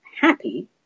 happy